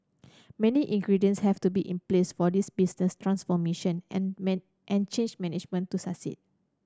many ingredients have to be in place for this business transformation and man and change management to succeed